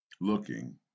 looking